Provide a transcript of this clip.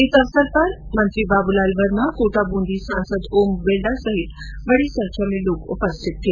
इस अवसर पर मंत्री बाबूलाल वर्मा कोटा बूंदी सांसद ओम बिडला सहित बडी संख्या में लोग उपस्थित थे